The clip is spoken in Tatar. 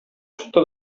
чыкты